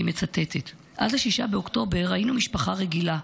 אני מצטטת: "עד 6 באוקטובר היינו משפחה רגילה,